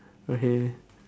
okay